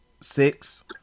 six